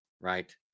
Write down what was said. Right